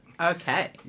Okay